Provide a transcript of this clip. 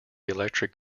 electric